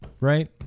right